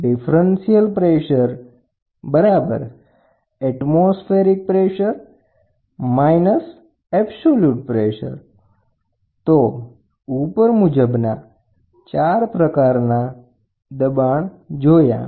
differential pressure વાતાવરણીય pressure - absolute pressure તો absolute દબાણ શું છે